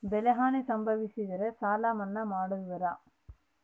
ಬೆಳೆಹಾನಿ ಸಂಭವಿಸಿದರೆ ಸಾಲ ಮನ್ನಾ ಮಾಡುವಿರ?